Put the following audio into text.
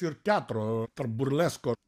ir teatro tarp burlesko